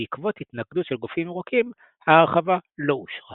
בעקבות התנגדות של גופים ירוקים ההרחבה לא אושרה